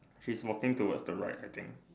she's walking towards the right I think